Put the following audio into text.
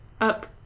up